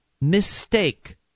mistake